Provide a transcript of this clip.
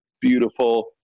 beautiful